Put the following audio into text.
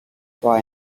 why